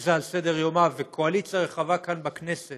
שזה על סדר-יומה וקואליציה רחבה כאן, בכנסת